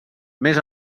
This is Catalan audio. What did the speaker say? més